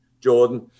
Jordan